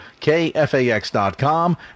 kfax.com